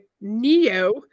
Neo